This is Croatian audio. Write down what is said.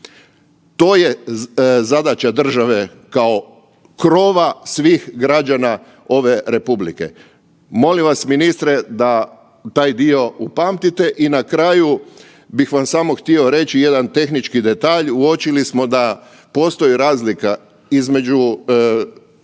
To je zadaća države kao krova svih građana ove republike. Molim vas ministre da taj dio upamtite i na kraju bih vam samo htio reći jedan tehnički detalj. Uočili smo da postoji razlika između